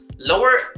lower